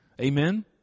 Amen